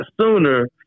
sooner